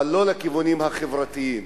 אבל לא לכיוונים החברתיים.